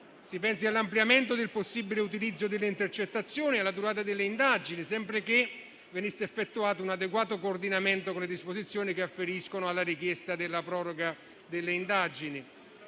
Si pensi all'ampliamento del possibile utilizzo delle intercettazioni e alla durata delle indagini, sempre che venisse effettuato un adeguato coordinamento con le disposizioni che afferiscono alla richiesta della proroga delle indagini.